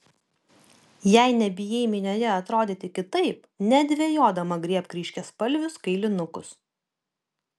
jei nebijai minioje atrodyti kitaip nedvejodama griebk ryškiaspalvius kailinukus